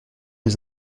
les